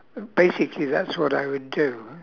basically that's what I would do